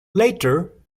later